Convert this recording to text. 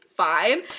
fine